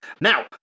Now